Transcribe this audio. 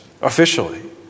officially